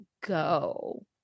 go